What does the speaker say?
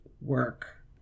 work